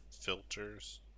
filters